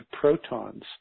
protons